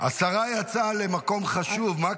השרה יצאה למקום חשוב --- הינה, חזרת.